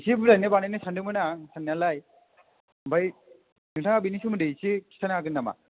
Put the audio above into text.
एसे बुरजायैनो बानायनो सानदोंमोन आं साननायालाय ओमफ्राय नोंथाङा बेनि सोमोन्दै एसे खिन्थानो हागोन नामा